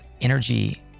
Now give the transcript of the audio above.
energy